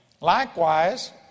Likewise